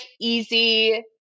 easy